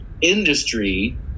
industry